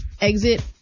Exit